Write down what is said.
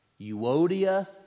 Euodia